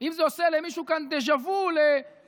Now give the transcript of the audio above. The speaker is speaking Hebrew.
האם זה עושה למישהו כאן דז'ה וו לתשס"ה,